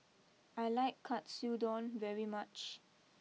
I like Katsudon very much